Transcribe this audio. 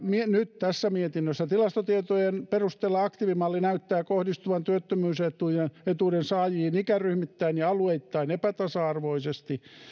nyt tässä mietinnössä todetaan tilastotietojen perusteella aktiivimalli näyttää kohdistuvan työttömyysetuuden saajiin ikäryhmittäin ja alueittain epätasa arvoisesti